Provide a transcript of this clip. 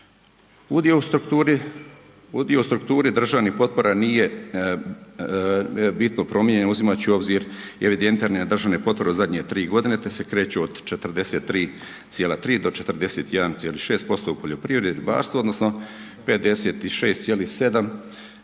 Udio u strukturi državnih potpora nije bitno promijenjen uzimajući u obzir evidentirane državne potpore zadnje tri godine te se kreću od 43,3 do 41,6% u poljoprivredi i ribarstvu odnosno 56,7